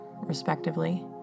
respectively